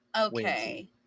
Okay